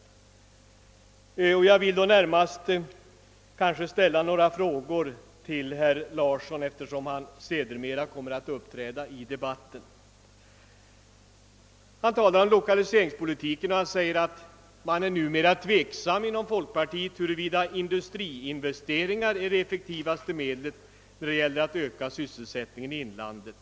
Jag vill närmast ställa några frågor till herr Larsson i Umeå, eftersom denne senare kommer att uppträda i debatten. Man skriver i motionen om lokaliseringspolitiken och framhåller att man numera är tveksam inom folkpartiet om huruvida industriinvesteringar är det effektivaste medlet för att öka sysselsättningen i inlandet.